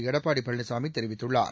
எடப்பாடி பழனிசாமி தெரிவித்துள்ளார்